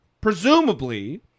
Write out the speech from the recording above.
presumably